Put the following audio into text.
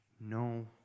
No